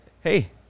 hey